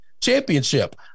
championship